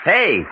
Hey